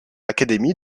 académie